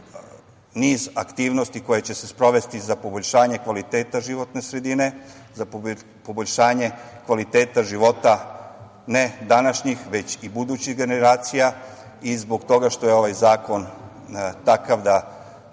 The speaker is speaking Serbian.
niz aktivnosti koje će se sprovesti za poboljšanje kvaliteta životne sredine, za poboljšanje kvaliteta života, ne današnjih, već i budućih generacija i zbog toga što je ovaj zakon takav da